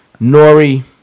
Nori